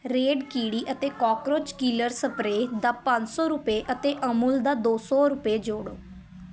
raid ਕੀੜੀ ਅਤੇ cockroach killer spray ਦਾ ਪੰਜ ਸੌ ਰੁਪਏ ਅਤੇ ਅਮੂਲ ਦਾ ਦੋ ਸੌ ਰੁਪਏ ਜੋੜੋ